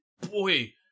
boy